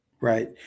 Right